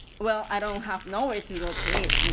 well, i don't have nowhere to go to eat. you know